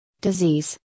disease